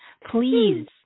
Please